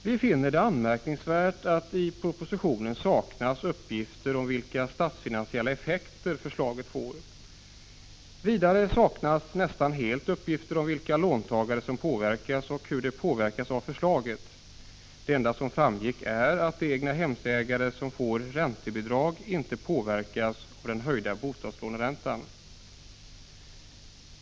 Vi finner det anmärkningsvärt att det i propositionen saknas uppgifter om vilka statsfinansiella effekter förslaget får. Vidare saknas nästan helt uppgifter om vilka låntagare som påverkas och hur de påverkas av förslaget. Det enda som framgick är att de egnahemsägare som får räntebidrag inte påverkas av den höjda bostadslåneräntan.